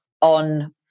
on